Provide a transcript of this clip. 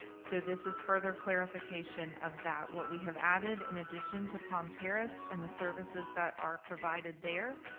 so this is further clarification of that. what we have added in addition to palm terrace and the services that are provided there,